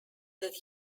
that